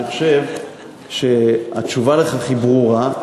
אני חושב שהתשובה על כך ברורה.